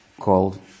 called